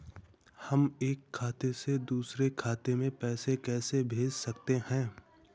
हम एक खाते से दूसरे खाते में पैसे कैसे भेज सकते हैं?